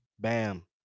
bam